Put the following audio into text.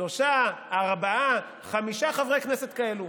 שלושה, ארבעה, חמישה חברי כנסת כאלו.